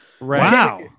Wow